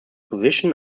position